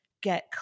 get